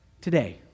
today